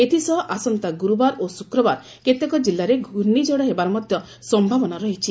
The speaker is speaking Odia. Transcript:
ଏଥିସହ ଆସନ୍ତା ଗୁରୁବାର ଓ ଶୁକ୍ରବାର କେତେକ କିଲ୍ଲାରେ ଘୂର୍ଷିଝଡ଼ ହେବାର ମଧ୍ଧ ସ୍ୟାବନା ରହିଛି